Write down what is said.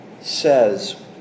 says